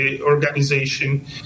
organization